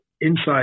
inside